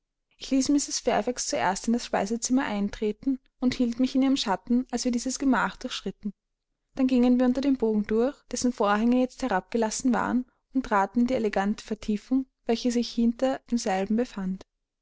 ich ließ mrs fairfax zuerst in das speisezimmer eintreten und hielt mich in ihrem schatten als wir dieses gemach durchschritten dann gingen wir unter dem bogen durch dessen vorhänge jetzt herabgelassen waren und traten in die elegante vertiefung welche sich hinter demselben befand